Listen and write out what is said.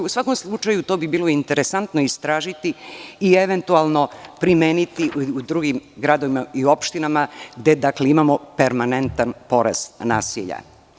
U svakom slučaju to bi bilo interesantno istražiti i eventualno primeniti i u drugim gradovima i opštinama gde imamo permanentan porast nasilja.